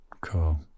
cool